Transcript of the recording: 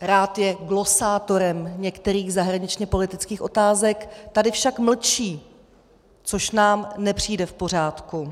rád je glosátorem některých zahraničněpolitických otázek, tady však mlčí, což nám nepřijde v pořádku.